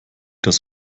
das